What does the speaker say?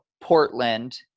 Portland